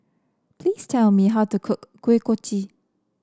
please tell me how to cook Kuih Kochi